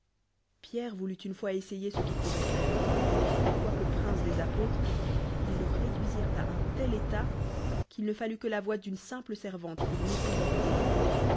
pierre voulut une fois essayer ce qu'il pourroit aire et quoique prince des apôtres ils le réduisirent à un tel état qu'il ne fallut que la voix d'une simple servante pour j'épouvanter